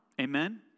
Amen